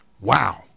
Wow